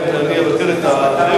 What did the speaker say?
אני אבטל את,